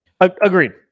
Agreed